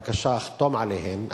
בבקשה, חתום עליהן.